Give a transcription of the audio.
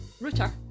router